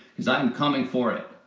because i'm coming for it.